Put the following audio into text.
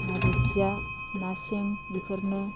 ना बोथिया ना सें बेफोरनो